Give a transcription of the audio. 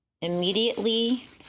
Immediately